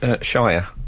Shire